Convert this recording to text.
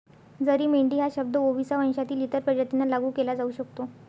जरी मेंढी हा शब्द ओविसा वंशातील इतर प्रजातींना लागू केला जाऊ शकतो